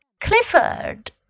Clifford